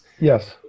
Yes